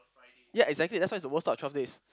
ya exactly that is why the worse out of twelve days